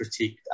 critiqued